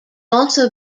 also